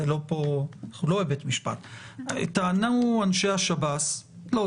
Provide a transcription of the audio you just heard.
אנחנו לא בבית משפט - טענו אנשי השב"ס ------ לא,